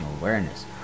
awareness